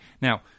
now